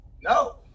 No